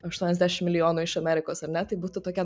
aštuoniasdešim milijonų iš amerikos ar ne tai būtų tokia